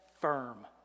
firm